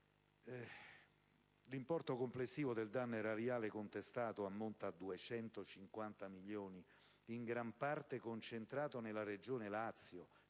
L'importo complessivo del danno erariale contestato ammonta a 250 milioni di euro, in gran parte concentrato nella Regione Lazio